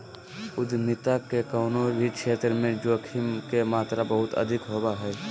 उद्यमिता के कउनो भी क्षेत्र मे जोखिम के मात्रा बहुत अधिक होवो हय